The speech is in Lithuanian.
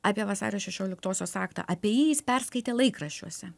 apie vasario šešioliktosios aktą apie jį jis perskaitė laikraščiuose